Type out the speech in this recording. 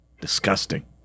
Disgusting